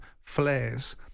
flares